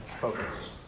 focus